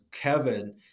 Kevin